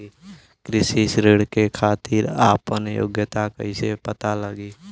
कृषि ऋण के खातिर आपन योग्यता कईसे पता लगी?